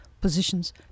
positions